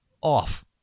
off